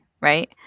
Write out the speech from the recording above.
right